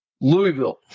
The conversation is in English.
Louisville